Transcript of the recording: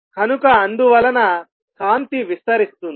కనుక అందువలన కాంతి విస్తరిస్తుంది